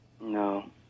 No